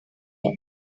yet